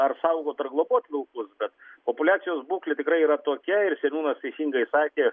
ar saugot ar globot vilkus bet populiacijos būklė tikrai yra tokia ir seniūnas teisingai sakė